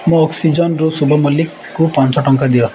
ମୋ ଅକ୍ସିଜନ୍ରୁ ଶୁଭ ମଲ୍ଲିକୁ ପାଞ୍ଚ ଟଙ୍କା ଦିଅ